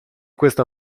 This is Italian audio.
questo